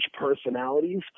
personalities